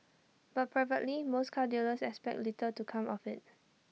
but privately most car dealers expect little to come of IT